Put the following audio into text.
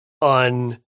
on